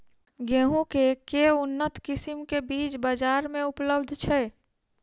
गेंहूँ केँ के उन्नत किसिम केँ बीज बजार मे उपलब्ध छैय?